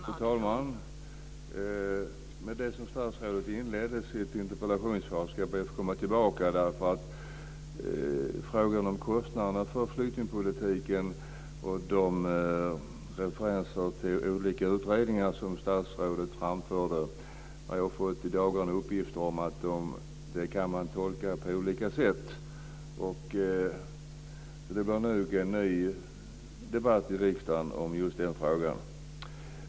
Fru talman! Jag ska be att få komma tillbaka till det som statsrådet inledde sitt interpellationssvar med. Jag har i dagarna fått uppgifter om att frågan om kostnaderna för flyktingpolitiken och de referenser till olika utredningar som statsrådet framförde kan tolkas på olika sätt. Det blir nog en ny debatt i riksdagen om just den frågan.